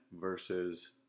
versus